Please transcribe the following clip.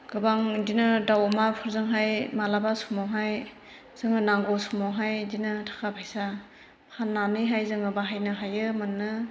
गोबां बेदिनो दाउ अमाफोरजोंहाय माब्लाबा समावहाय जोङो नांगौ समावहाय बेदिनो थाखा फैसा फाननानैहाय जोङो बाहायनो हायो मोनो